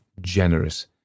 generous